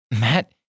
Matt